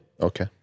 Okay